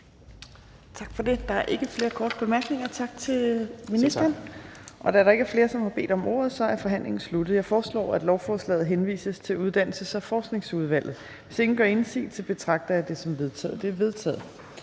Tak for det. Der er ikke flere korte bemærkninger. Tak til ministeren. Da der ikke er flere, som har bedt om ordet, er forhandlingen sluttet. Jeg foreslår, at lovforslaget henvises til Uddannelses- og Forskningsudvalget. Hvis ingen gør indsigelse, betragter jeg det som vedtaget. Det er vedtaget.